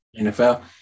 NFL